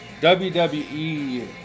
wwe